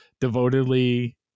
devotedly